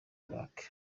iraq